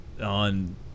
On